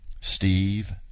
steve